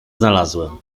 znalazłem